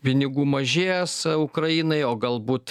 pinigų mažės ukrainai o galbūt